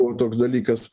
buvo toks dalykas